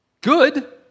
good